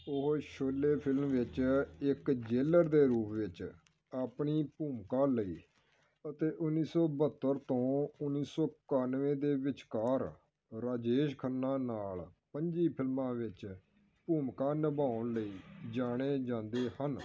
ਉਹ ਸ਼ੋਲੇ ਫ਼ਿਲਮ ਵਿੱਚ ਇੱਕ ਜੇਲਰ ਦੇ ਰੂਪ ਵਿੱਚ ਆਪਣੀ ਭੂਮਿਕਾ ਲਈ ਅਤੇ ਉੱਨੀ ਸੌ ਬਹੱਤਰ ਤੋਂ ਉੱਨੀ ਸੌ ਇਕਾਨਵੇਂ ਦੇ ਵਿਚਕਾਰ ਰਾਜੇਸ਼ ਖੰਨਾ ਨਾਲ ਪੰਝੀ ਫਿਲਮਾਂ ਵਿੱਚ ਭੂਮਿਕਾ ਨਿਭਾਉਣ ਲਈ ਜਾਣੇ ਜਾਂਦੇ ਹਨ